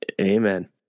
Amen